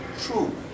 true